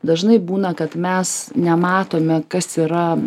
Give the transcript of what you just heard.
dažnai būna kad mes nematome kas yra